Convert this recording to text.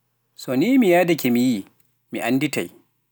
So ni mi yahdake mi yi'ii, mi annditay.